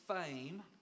fame